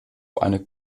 eine